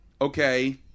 okay